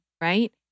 Right